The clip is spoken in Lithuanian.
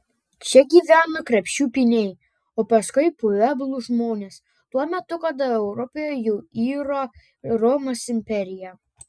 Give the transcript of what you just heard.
čia gyveno krepšių pynėjai o paskui pueblų žmonės tuo metu kada europoje jau iro romos imperija